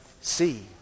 see